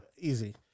Easy